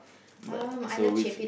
but so which